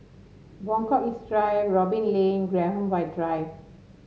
Buangkok East Drive Robin Lane Graham White Drive